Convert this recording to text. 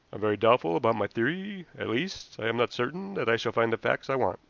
very doubtful about my theory at least, i am not certain that i shall find the facts i want.